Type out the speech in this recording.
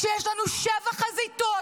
כשיש לנו שבע חזיתות,